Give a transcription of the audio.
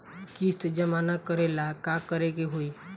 किस्त जमा करे ला का करे के होई?